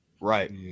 Right